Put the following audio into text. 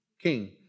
King